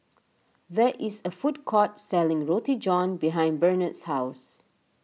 there is a food court selling Roti John behind Barnard's house